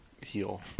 heal